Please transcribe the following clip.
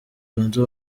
zunze